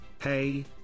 hey